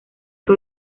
que